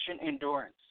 endurance